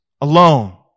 alone